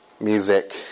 music